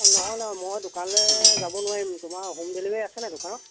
নহয় নহয় মই দোকানলৈ যাব নোৱাৰিম তোমাৰ হোম ডেলিভাৰী আছেনে দোকানত